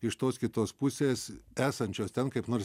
iš tos kitos pusės esančios ten kaip nors